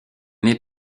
nez